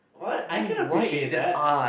what I cannot appreciate that